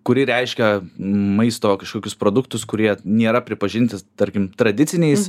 kuri reiškia maisto kažkokius produktus kurie nėra pripažinti tarkim tradiciniais